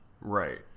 Right